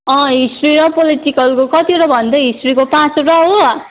अँ हिस्ट्री र पोलिटिकलको कतिवटा भन्नु त हिस्ट्रीको पाँचवटा हो